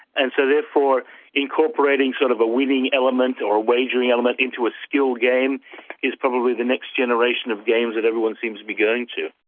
and so therefore incorporating sort of a winning element or wagering element into a skill game is probably the next generation of games that everyone seems to be going too.